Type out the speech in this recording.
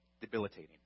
debilitating